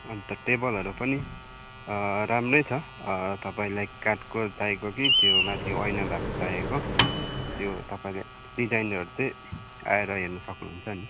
अन्त टेबलहरू पनि राम्रै छ तपईँलाई काठको चाहिएको कि त्यो माथि ऐना भएको चाहिएको त्यो तपाईँले डिजाइनहरू चाहिँ आएर हेर्नु सक्नुहुन्छ नि